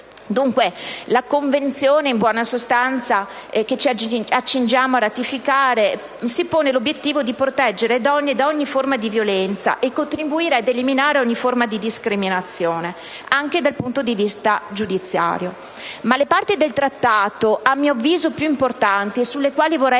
Dunque, la Convenzione che ci accingiamo a ratificare si pone in buona sostanza l'obiettivo di proteggere le donne da ogni forma di violenza e di contribuire ad eliminare ogni forma di discriminazione, anche dal punto di vista giudiziario. Ma le parti del Trattato a mio avviso più importanti e sulle quali vorrei